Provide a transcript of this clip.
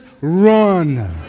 run